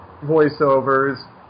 voiceovers